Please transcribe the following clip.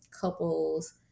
couples